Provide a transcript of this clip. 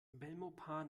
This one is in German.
belmopan